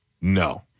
No